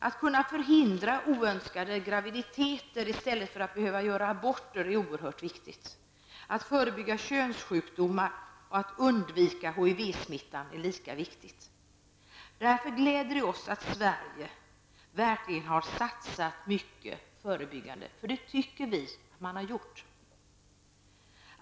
Att kunna förhindra oönskade graviditeter i stället för att göra aborter är oerhört viktigt. Att förebygga könssjukdomar och att undvika HIV-smittan är lika viktigt. Därför gläder det oss att Sverige verkligen har satsat förebyggande, för det tycker vi att man har gjort.